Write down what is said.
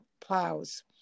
plows